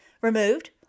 removed